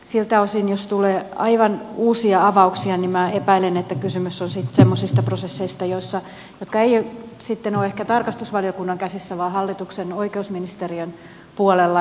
siltä osin jos tulee aivan uusia avauksia minä epäilen että kysymys on semmoisista prosesseista jotka eivät sitten ole ehkä tarkastusvaliokunnan käsissä vaan hallituksen oikeusministeriön puolella